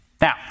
Now